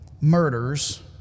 murders